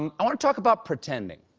and i want to talk about pretending.